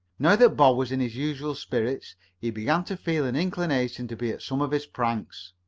now that bob was in his usual spirits he began to feel an inclination to be at some of his pranks.